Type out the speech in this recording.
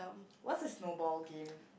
what's a snowball game